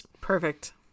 Perfect